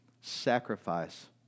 sacrifice